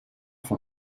van